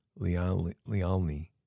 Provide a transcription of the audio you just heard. Lialni